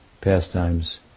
pastimes